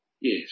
Yes